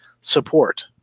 support